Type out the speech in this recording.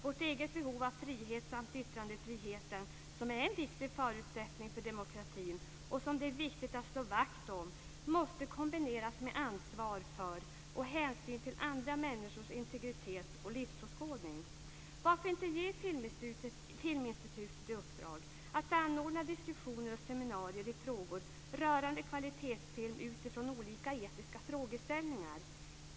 Vårt eget behov av frihet samt yttrandefriheten, som är en viktig förutsättning för demokratin och som det är viktigt att slå vakt om, måste kombineras med ansvar för och hänsyn till andra människors integritet och livsåskådning. Varför inte ge Filminstitutet i uppdrag att anordna diskussioner och seminarier i frågor rörande kvalitetsfilm utifrån olika etiska frågeställningar?